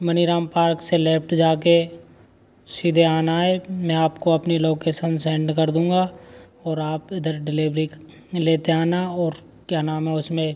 Maniram park से left जाके सीधे आना है मैं आपको अपनी लोकेसन सेंड कर दूंगा और आप इधर डिलीवरी लेते आना और क्या नाम है उसमें